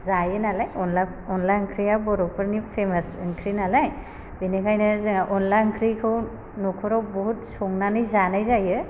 जायो नालाय अनला अनला ओंख्रिया बर'फोरनि फेमास ओंख्रि नालाय बेनिखायनो जोङो अनला ओंख्रिखौ नखराव बहुद संनानै जानाय जायो